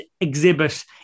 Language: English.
exhibit